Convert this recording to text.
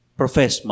profess